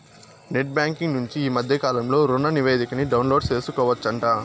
net banking నుంచి ఈ మద్దె కాలంలో రుణనివేదికని డౌన్లోడు సేసుకోవచ్చంట